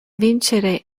vincere